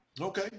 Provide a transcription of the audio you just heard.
okay